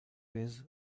these